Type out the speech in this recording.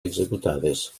executades